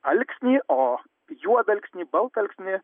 alksnį o juodalksnį baltalksnį